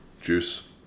juice